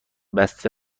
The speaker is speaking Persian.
بسته